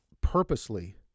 purposely